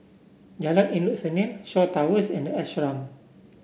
Jalan Endut Senin Shaw Towers and the Ashram